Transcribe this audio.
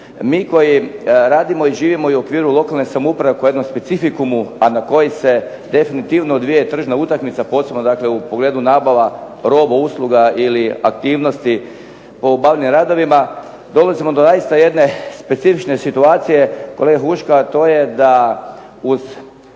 Mi koji radimo i živimo i u okviru lokalne samouprave oko jednom specificumu, a na koji se definitivno odvija tržišna utakmica posebno dakle u pogledu nabava roba, usluga ili aktivnosti po obavljenim radovima dolazimo do zaista jedne specifične situacije kolega Huška, a to je da uz